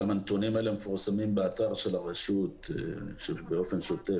הנתונים האלה מפורסמים באתר של הרשות באופן שוטף.